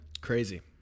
Crazy